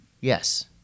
Yes